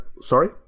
sorry